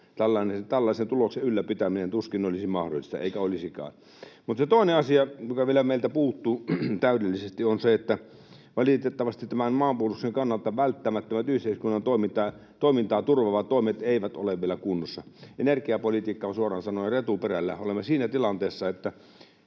tällaisen tuloksen ylläpitäminen tuskin olisi mahdollista, eikä olisikaan. Mutta toinen asia, joka meiltä vielä puuttuu täydellisesti, on se, että valitettavasti tämän maanpuolustuksen kannalta välttämättömät yhteiskunnan toimintaa turvaavat toimet eivät ole vielä kunnossa. Energiapolitiikka on suoraan sanoen retuperällä. Olemme siinä tilanteessa, että